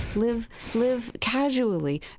live live casually.